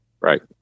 Right